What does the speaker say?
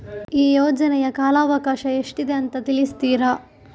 ಈ ಯೋಜನೆಯ ಕಾಲವಕಾಶ ಎಷ್ಟಿದೆ ಅಂತ ತಿಳಿಸ್ತೀರಾ?